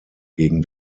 gegen